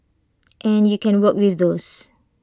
and you can work with those